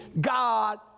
God